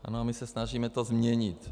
A my se snažíme to změnit.